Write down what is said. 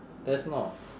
that's not